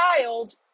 child